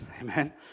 Amen